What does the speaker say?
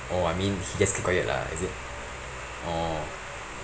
oh I mean he just keep quiet lah is it orh